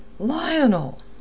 Lionel